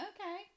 Okay